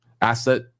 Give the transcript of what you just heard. asset